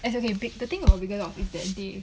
as okay big the thing about bigger dog is that they